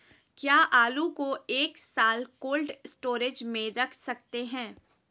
क्या आलू को एक साल कोल्ड स्टोरेज में रख सकते हैं?